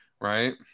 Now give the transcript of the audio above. right